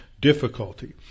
difficulty